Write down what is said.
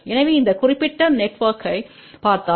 எனவே இந்த குறிப்பிட்ட நெட்ஒர்க்த்தைப் பார்த்தால்